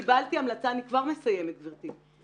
אני כבר מסיימת, גברתי.